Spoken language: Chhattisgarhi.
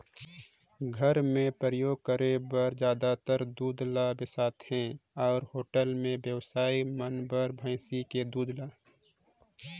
घर मे परियोग करे बर जादातर दूद ल बेसाथे अउ होटल के बेवसाइ मन हर भइसी के दूद ल